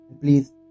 Please